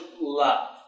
love